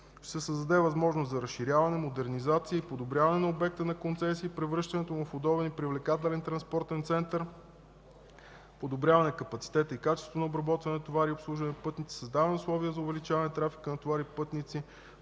се създадат възможности за: - разширяване, модернизация и подобряване на обекта на концесия и превръщането му в удобен и привлекателен транспортен център; - подобряване на капацитета и качеството на обработването на товарите и обслужването на пътниците; - създаване на условия за увеличаване на трафика на товари и пътници;